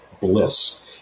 bliss